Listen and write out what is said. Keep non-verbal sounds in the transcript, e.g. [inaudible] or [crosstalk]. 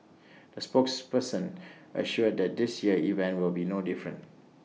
[noise] the spokesperson assured that this year's event will be no different